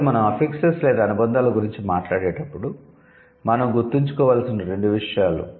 కాబట్టి మేము 'అఫిక్సెస్' లేదా అనుబంధాలు గురించి మాట్లాడేటప్పుడు మీరు గుర్తుంచుకోవలసినవి రెండు విషయాలు